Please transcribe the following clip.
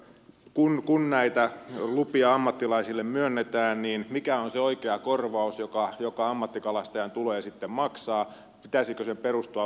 edelleen kun näitä lupia ammattilaisille myönnetään niin mikä on se oikea korvaus joka ammattikalastajan tulee sitten maksaa pitäisikö sen perustua pyydysyksikköön